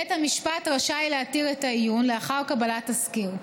בית המשפט רשאי להתיר את העיון לאחר קבלת תסקיר.